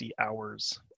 hours